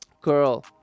Girl